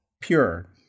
Pure